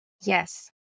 Yes